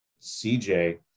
CJ